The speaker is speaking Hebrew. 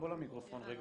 בוא למיקרופון רגע.